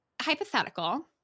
hypothetical